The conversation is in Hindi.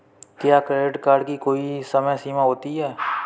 क्या क्रेडिट कार्ड की कोई समय सीमा होती है?